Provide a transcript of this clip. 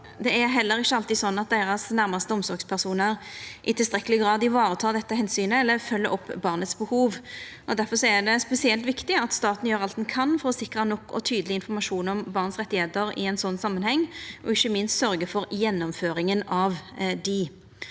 Det er heller ikkje alltid slik at dei nærmaste omsorgspersonane deira i tilstrekkeleg grad varetek dette omsynet eller følgjer opp barnet sitt behov. Difor er det spesielt viktig at staten gjer alt ein kan for å sikra nok og tydeleg informasjon om barns rettar i ein slik samanheng, og ikkje minst sørgjer for gjennomføringa av dei.